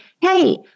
hey